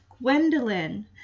Gwendolyn